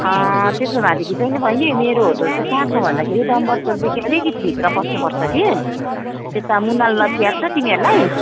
त्यसो भएदेखि चाहिँ नि बैनी मेरो होटल चाहिँ कहाँ छ भन्दाखेरि डनबस्कोदेखि अलिकति भित्र पस्नुपर्छ कि यता मुनाल लज याद छ तिमीहरूलाई